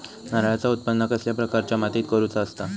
नारळाचा उत्त्पन कसल्या प्रकारच्या मातीत करूचा असता?